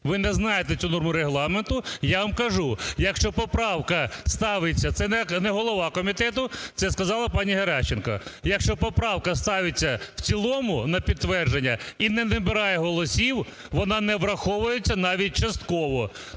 ви не знаєте цю норму Регламенту. Я вам кажу: якщо поправка ставиться, – це не голова комітету, це сказала пані Геращенко, – якщо поправка ставиться в цілому на підтвердження і не набирає голосів, вона не враховується навіть частково.